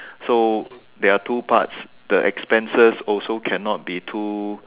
so there are two parts the expenses also cannot be too